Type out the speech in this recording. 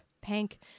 Pank